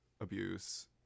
abuse